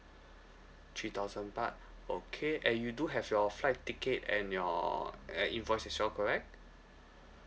three thousand baht okay and you do have your flight ticket and your and invoice as well correct